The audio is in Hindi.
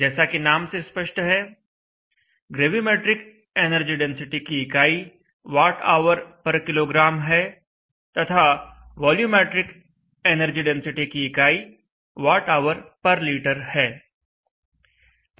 जैसा कि नाम से स्पष्ट है ग्रेविमेट्रिक एनर्जी डेंसिटी की इकाई Whkg है तथा वॉल्यूमैट्रिक एनर्जी डेंसिटी की इकाई Whliter है